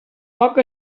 poc